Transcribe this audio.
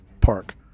Park